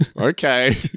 Okay